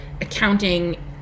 accounting